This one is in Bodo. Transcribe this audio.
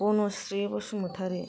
गन'स्री बसुमतारी